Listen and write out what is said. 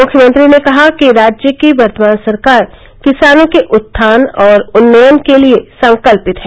मुख्यमंत्री ने कहा कि राज्य की वर्तमान सरकार किसानों के उत्थान और उन्नयन के लिए संकल्पित है